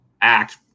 act